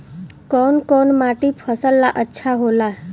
कौन कौनमाटी फसल ला अच्छा होला?